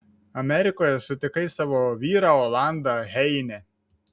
amerikoje sutikai savo vyrą olandą heine